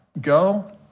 go